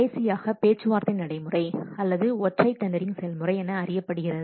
கடைசியாக பேச்சுவார்த்தை நடைமுறை அல்லது ஒற்றை டெண்டரிங் செயல்முறை என அறியப்படுகிறது